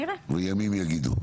מיזמי פינוי ובינוי)